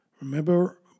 remember